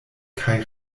kaj